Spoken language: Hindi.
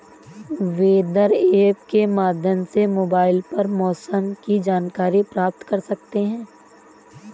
वेदर ऐप के माध्यम से मोबाइल पर मौसम की जानकारी प्राप्त कर सकते हैं